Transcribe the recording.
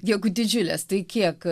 jeigu didžiulės tai kiek